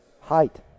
Height